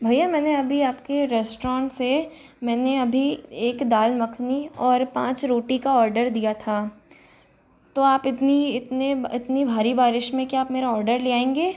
भैया मैंने अभी आपके रेस्टोरेंट से मैंने अभी एक दाल मखनी और पाँच रोटी का ऑर्डर दिया था तो आप इतनी इतने इतने भारी बारिश मे क्या आप मेरा ऑर्डर ले आएंगे